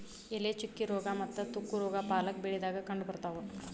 ಎಲೆ ಚುಕ್ಕಿ ರೋಗಾ ಮತ್ತ ತುಕ್ಕು ರೋಗಾ ಪಾಲಕ್ ಬೆಳಿದಾಗ ಕಂಡಬರ್ತಾವ